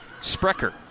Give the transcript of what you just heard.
Sprecher